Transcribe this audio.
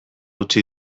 utzi